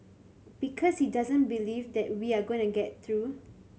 because he doesn't believe that we are going to get through